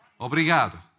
Obrigado